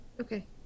okay